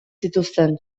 zituzten